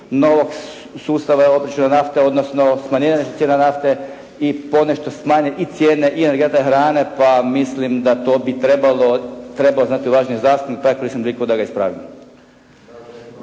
novog sustava obično nafte, odnosno smanjenja cijena nafte i ponešto smanji i cijene energenta hrane pa mislim da to bi trebao znati uvaženi zastupnik pa koristim priliku da ga ispravim.